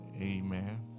Amen